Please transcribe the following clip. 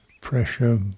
pressure